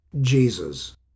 Jesus